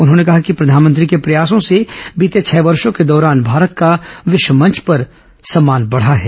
उन्होंने कहा कि प्रधानमंत्री के प्रयासों से बीते छह वर्षों के दौरान भारत का विश्व मंच पर मान सम्मान बढा है